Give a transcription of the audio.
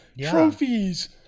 trophies